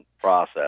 process